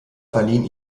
verliehen